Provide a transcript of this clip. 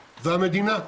למדינה.